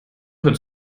heute